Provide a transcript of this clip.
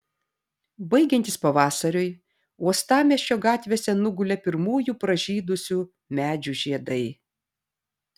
baigiantis pavasariui uostamiesčio gatvėse nugulė pirmųjų pražydusių medžių žiedai